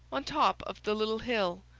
on top of the little hill,